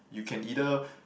you can either